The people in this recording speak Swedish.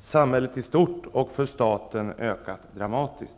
samhället i stort och för staten ökat dramatiskt.